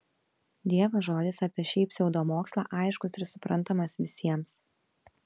dievo žodis apie šį pseudomokslą aiškus ir suprantamas visiems